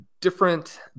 different